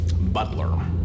butler